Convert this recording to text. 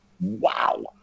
wow